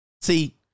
See